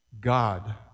God